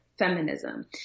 Feminism